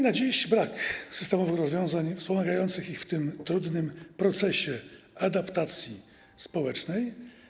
Na dziś brak jest systemowych rozwiązań wspomagających ich w tym trudnym procesie adaptacji społecznej.